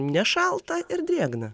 nešalta ir drėgna